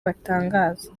batangaza